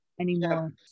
anymore